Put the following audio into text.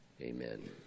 Amen